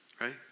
right